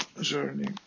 journey